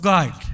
God